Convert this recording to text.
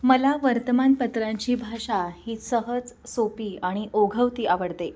मला वर्तमानपत्रांची भाषा ही सहज सोपी आणि ओघवती आवडते